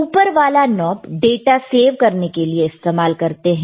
ऊपरवाला knob data save करने के लिए इस्तेमाल करते हैं